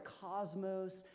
cosmos